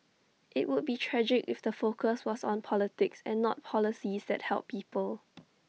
IT would be tragic if the focus was on politics and not policies that help people